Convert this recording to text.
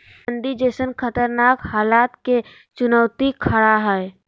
मंदी जैसन खतरनाक हलात के चुनौती खरा हइ